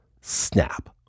snap